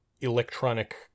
electronic